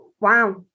wow